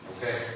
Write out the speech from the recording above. Okay